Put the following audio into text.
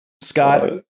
Scott